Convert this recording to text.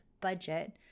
budget